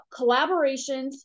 collaborations